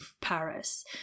paris